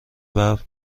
ببر